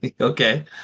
Okay